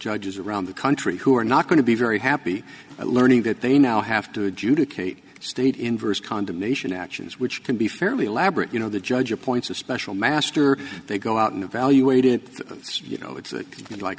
judges around the country who are not going to be very happy at learning that they now have to adjudicate state inverse condemnation actions which can be fairly elaborate you know the judge appoints a special master they go out and evaluate it you know it's